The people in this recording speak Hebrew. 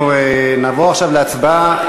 אנחנו נעבור עכשיו להצבעה,